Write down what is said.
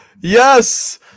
yes